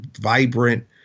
vibrant